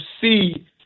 see